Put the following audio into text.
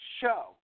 show